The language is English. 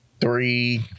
Three